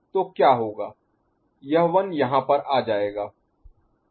तो क्या होगा यह 1 यहाँ पर आ जाएगा